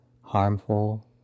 harmful